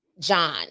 john